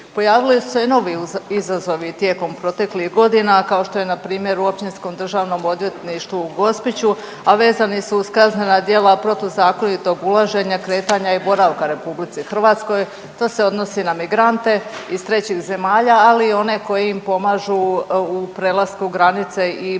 Pojavili su se i novi izazovi tijekom proteklih godina kao što je npr. u Općinskom državnom odvjetništvu u Gospiću, a vezani su uz kaznena djela protuzakonitog ulaženja, kretanja i boravka u RH. To se odnosi na migrante iz trećih zemalja, ali i one koji im pomažu u prelasku granice i provozu